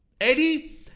Eddie